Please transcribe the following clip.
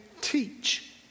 teach